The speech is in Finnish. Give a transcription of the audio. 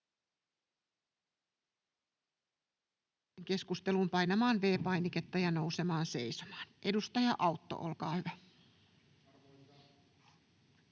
keskusteluun, painamaan V-painiketta ja nousemaan seisomaan. — Edustaja Autto, olkaa hyvä.